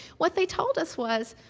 what they told us was,